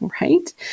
right